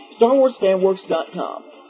StarWarsFanWorks.com